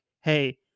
hey